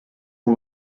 ont